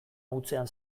hutsean